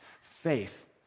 faith